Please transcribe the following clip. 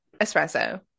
Espresso